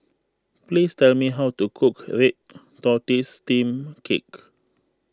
please tell me how to cook Red Tortoise Steamed Cake